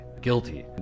guilty